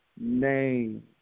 name